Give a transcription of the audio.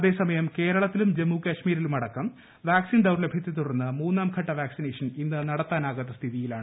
അതേസമയം കേരളത്തിലും ജമ്മുകശ്മീരിലുമടക്കം വാക്സിൻ ദൌർലഭ്യത്തെ തുടർന്ന് മൂന്നാംഘട്ട വാക്സിനേഷൻ ഇന്ന് നടത്താനാകാത്ത സ്ഥിതിയാണ്